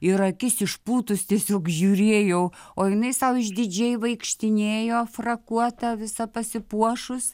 ir akis išpūtus tiesiog žiūrėjau o jinai sau išdidžiai vaikštinėjo frakuota visa pasipuošus